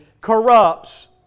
corrupts